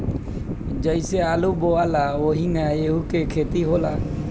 जइसे आलू बोआला ओहिंगा एहू के खेती होला